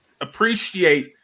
appreciate